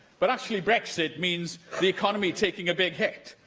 but, actually, brexit means the economy taking a big hit.